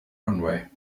runway